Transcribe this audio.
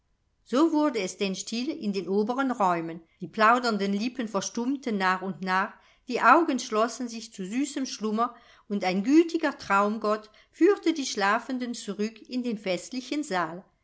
so wurde es denn still in den oberen räumen die plaudernden lippen verstummten nach und nach die augen schlossen sich zu süßem schlummer und ein gütiger traumgott führte die schlafenden zurück in den festlichen saal